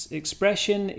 expression